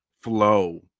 flow